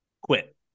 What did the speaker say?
quit